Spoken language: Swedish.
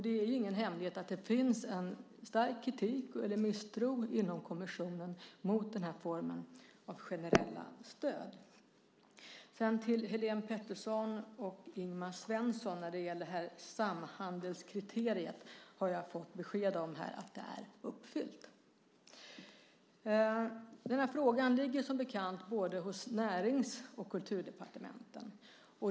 Det är ingen hemlighet att det finns en stark kritik, misstro, inom kommissionen mot den formen av generella stöd. När det gäller samhandelskriteriet, Helene Petersson och Ingvar Svensson, har jag fått besked om att det är uppfyllt. Frågan ligger, som bekant, både hos Närings och Kulturdepartementen.